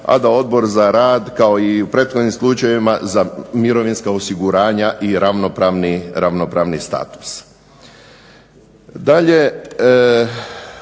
a da Odbor za rad kao i u prethodnim slučajevima za mirovinska osiguranja i ravnopravni status.